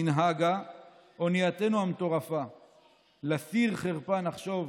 ננהגה / אונייתנו המטורפה / לסיר חרפה נחשוב,